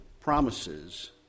promises